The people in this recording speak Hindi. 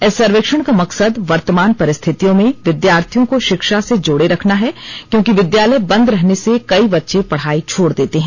इस सर्वेक्षण का मकसद वर्तमान परिस्थितियों में विद्यार्थियों को शिक्षा से जोड़े रखना है क्योंकि विद्यालय बंद रहने से कई बच्चे पढ़ाई छोड़ देते हैं